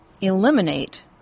eliminate